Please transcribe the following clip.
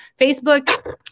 Facebook